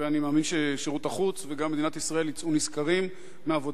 ואני מאמין ששירות החוץ וגם מדינת ישראל יצאו נשכרים מעבודתם.